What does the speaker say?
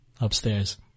upstairs